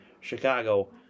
Chicago